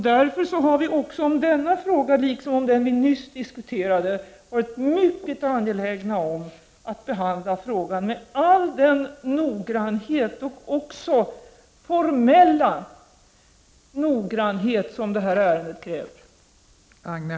Därför har vi också om denna fråga, liksom om den vi nyss diskuterade, varit mycket angelägna om att behandla frågan med all den noggrannhet, också formellt, som ärendet kräver.